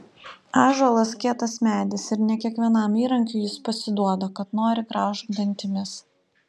ąžuolas kietas medis ir ne kiekvienam įrankiui jis pasiduoda kad nori graužk dantimis